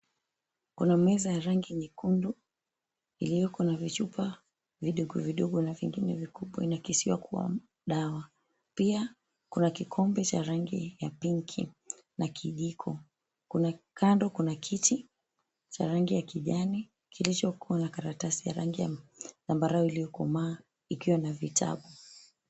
Kuna meza ya rangi nyekundu iliyoko na vichupa vidogo vidogo na vingine vikubwa inakisiwa kuwa dawa. Pia kuna kikombe cha rangi ya pinki na kijiko. Kuna kando kuna kiti cha rangi ya kijani kilichokuwa na karatasi ya rangi ya mbarau iliyokomaa ikiwa na vitabu.